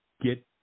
get